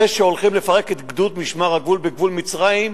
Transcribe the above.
זה שהולכים לפרק את גדוד משמר הגבול בגבול מצרים,